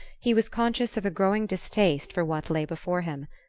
he was conscious of a growing distaste for what lay before him.